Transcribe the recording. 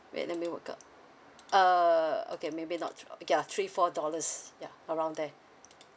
wait let me work out uh okay maybe not twe~ ya three four dollars ya around there